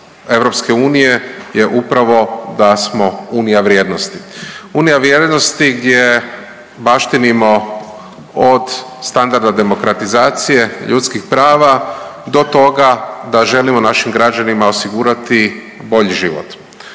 vrijednost EU je upravo da smo unija vrijednosti. Unija vrijednosti gdje baštinimo od standarda demokratizacije, ljudskih prava do toga da želimo našim građanima osigurati bolji život.